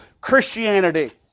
Christianity